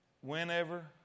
Whenever